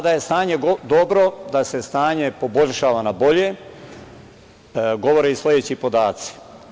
Da je stanje dobro, da se stanje poboljšava na bolje, govore i sledeći podaci.